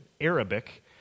Arabic